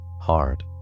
Hard